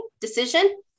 Decision